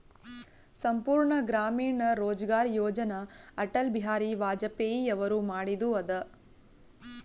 ಸಂಪೂರ್ಣ ಗ್ರಾಮೀಣ ರೋಜ್ಗಾರ್ ಯೋಜನ ಅಟಲ್ ಬಿಹಾರಿ ವಾಜಪೇಯಿ ಅವರು ಮಾಡಿದು ಅದ